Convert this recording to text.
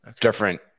Different